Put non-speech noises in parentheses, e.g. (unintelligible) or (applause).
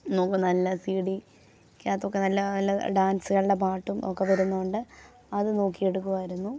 (unintelligible) നല്ല C D ക്ക് അകത്തൊക്ക നല്ല നല്ല ഡാൻസുകളുടെ പാട്ടും ഒക്കെ വരുന്നുണ്ട് അത് നോക്കി എടുക്കുമായിരുന്നു